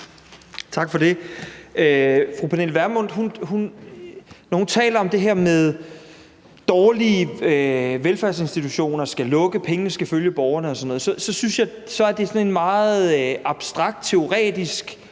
Tak for det. Når fru Pernille Vermund taler om det her med, at dårlige velfærdsinstitutioner skal lukke, at pengene skal følge borgerne og sådan noget, så synes jeg, det er en meget abstrakt og teoretisk